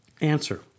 Answer